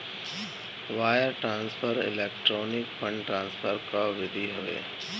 wire transfer electronic fund transfer कअ विधि हवे